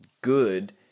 good